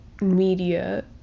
media